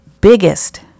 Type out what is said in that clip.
biggest